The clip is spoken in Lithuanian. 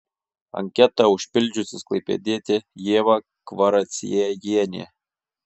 anketą užpildžiusi klaipėdietė ieva kvaraciejienė